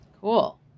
Cool